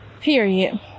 Period